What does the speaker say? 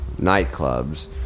nightclubs